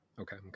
okay